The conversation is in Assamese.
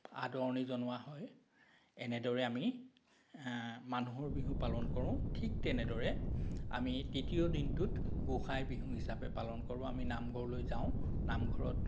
আদৰণি জনোৱা হয় এনেদৰে আমি মানুহৰ বিহু পালন কৰোঁ ঠিক তেনেদৰে আমি তৃতীয় দিনটোত গোঁসাই বিহু হিচাপে পালন কৰোঁ আমি নামঘৰলৈ যাওঁ নামঘৰত